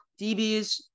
DBs